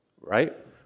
right